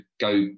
go